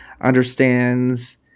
understands